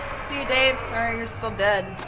see you, dave, sorry you're still dead.